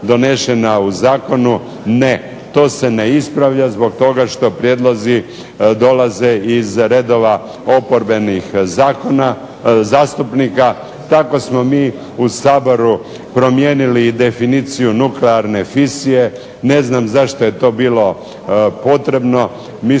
u zakonu. Ne, to se ne ispravlja zbog toga što prijedlozi dolaze iz redova oporbenih zastupnika. Tako smo mi u Saboru promijenili i definiciju nuklearne fizije. Ne znam zašto je to bilo potrebno.